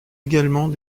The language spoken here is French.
également